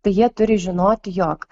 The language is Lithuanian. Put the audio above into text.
tai jie turi žinoti jog